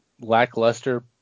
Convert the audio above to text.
lackluster